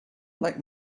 like